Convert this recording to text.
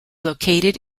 located